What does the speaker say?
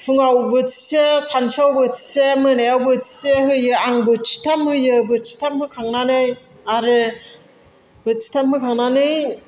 फुङाव बोथिसे सानसुआव बोथिसे मोनायाव बोथिसे होयो आं बोथिथाम होयो बोथिथाम होखांनानै आरो बोथिथाम होखांनानै